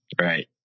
Right